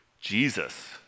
Jesus